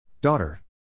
Daughter